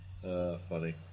Funny